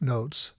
Notes